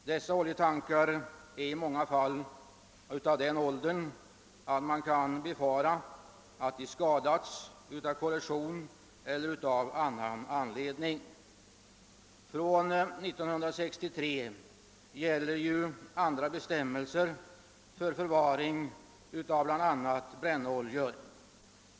Dessa oljetankar har inte sällan sådan ålder, att man kan befara att de skadats genom korrosion eller av annan anledning. Från år 1963 gäller ju andra bestämmelser för förvaring av bl.a. brännoljor.